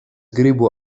gribu